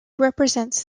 represents